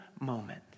moment